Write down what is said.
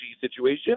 situation